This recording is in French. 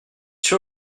sur